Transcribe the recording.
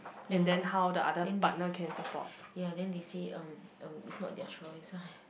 ya then then they ya then they see um um it's not their choice